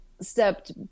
stepped